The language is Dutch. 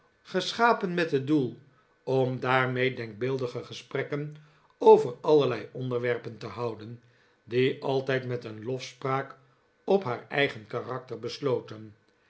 geschapen met het opzettelijke doel om daarmee maarten chuzzlewit denkbeeldige gesprekken over allerlei onderwerpen te houden die altijd met een lofspraak op haar eigen karakter besloten